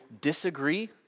disagree